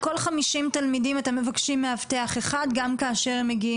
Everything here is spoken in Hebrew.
50 תלמידים צריכים מאבטח כשהם מבקרים